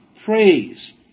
praise